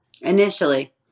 initially